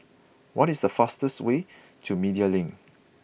what is the fastest way to Media Link